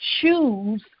choose